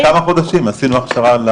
לפני כמה חודשים עשינו הכשרה.